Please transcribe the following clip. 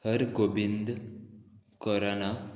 Har Gobind corona